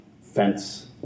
fence